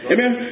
Amen